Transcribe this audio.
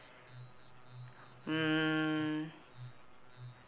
mm